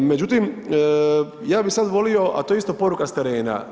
Međutim, ja bih sad volio, a to je isto poruka s terena.